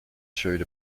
showed